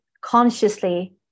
consciously